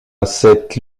cette